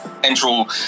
Central